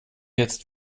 jetzt